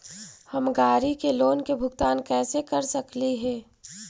हम गाड़ी के लोन के भुगतान कैसे कर सकली हे?